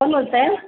कोण बोलतं आहे